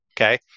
Okay